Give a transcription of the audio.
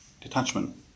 detachment